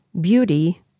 beauty